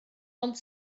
ond